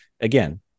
again